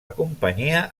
companyia